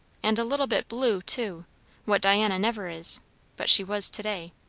and a little bit blue, too what diana never is but she was to-day.